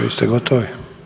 Vi ste gotovi.